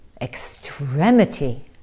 extremity